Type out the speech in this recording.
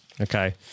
Okay